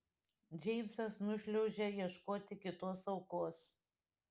džeimsas nušliaužia ieškoti kitos aukos